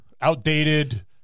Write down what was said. outdated